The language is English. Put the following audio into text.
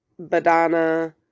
Badana